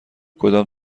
کدام